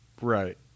Right